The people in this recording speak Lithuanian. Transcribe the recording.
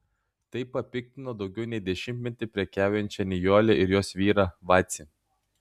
tai papiktino daugiau nei dešimtmetį prekiaujančią nijolę ir jos vyrą vacį